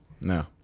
no